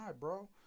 bro